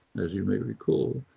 as you may recall,